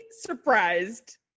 surprised